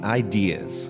ideas